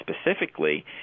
specifically